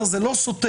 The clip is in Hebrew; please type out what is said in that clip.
זה לא סותר.